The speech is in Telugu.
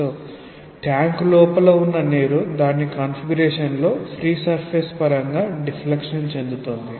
కాబట్టి ట్యాంక్ లోపల ఉన్న నీరు దాని కాన్ఫిగరేషన్ లో ఫ్రీ సర్ఫేస్ పరంగా డిఫ్లెక్షన్ చెందుతుంది